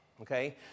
okay